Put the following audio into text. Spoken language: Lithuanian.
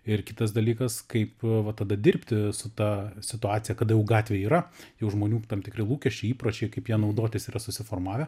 ir kitas dalykas kaip va tada dirbti su ta situacija kada jau gatvė yra jų žmonių tam tikri lūkesčiai įpročiai kaip ja naudotis yra susiformavę